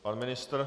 Pan ministr.